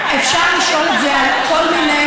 למה צריך, אפשר לשאול את זה על כל מיני,